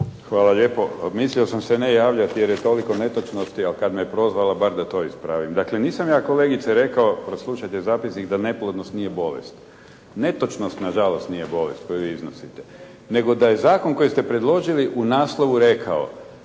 Hvala lijepo. Mislio sam se ne javljati jer je toliko netočnosti, ali kad me je prozvala, bar da to ispravim. Dakle, nisam ja kolegice rekao, poslušajte zapisnik, da neplodnost nije bolest. Netočnost na žalost nije bolest koju vi iznosite, nego da je zakon koji ste predložili u naslovu rekao